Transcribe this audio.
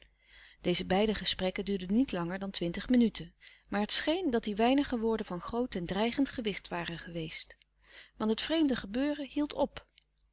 deze beide gesprekken duurden niet langer dan twintig minuten maar het scheen dat die weinige woorden van groot en dreigend gewicht waren geweest louis couperus de stille kracht want het vreemde gebeuren hield op